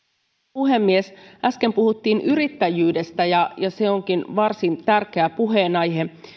puhemies äsken puhuttiin yrittäjyydestä ja ja se onkin varsin tärkeä puheenaihe